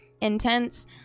intense